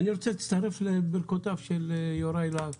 אני רוצה להצטרף לברכותיו של יוראי להב